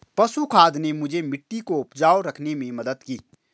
पशु खाद ने मुझे मिट्टी को उपजाऊ रखने में मदद की